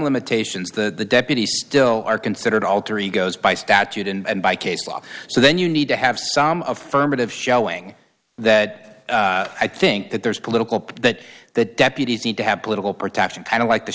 limitations the deputy still are considered alter egos by statute and by case law so then you need to have some affirmative showing that i think that there's a political point that the deputies need to have political protection kind of like the